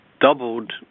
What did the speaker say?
doubled